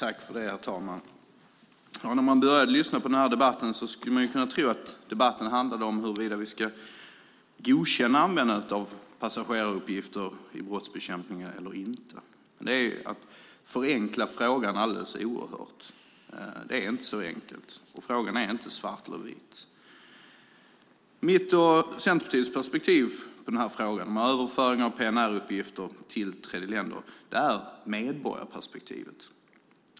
Herr talman! När man lyssnat på den här debatten skulle man kunna tro att debatten handlade om huruvida vi ska godkänna användandet av passageraruppgifter i brottsbekämpningen eller inte. Det är att förenkla frågan alldeles oerhört. Det är inte så enkelt, det är inte fråga om svart eller vitt. Mitt och Centerpartiets perspektiv på frågan om överföring av PNR-uppgifter till tredjeländer är medborgarperspektivet.